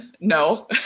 no